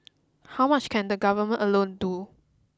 how much can the government alone do